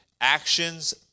actions